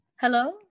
Hello